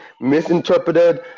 misinterpreted